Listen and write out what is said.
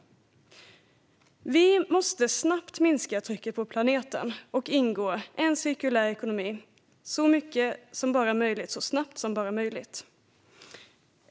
Vi måste snabbt minska trycket på planeten och övergå till cirkulär ekonomi så mycket som bara möjligt.